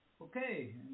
Okay